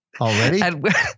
Already